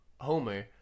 Homer